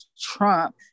trump